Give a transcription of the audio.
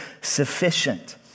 sufficient